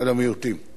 באופן כללי אני מדבר.